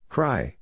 Cry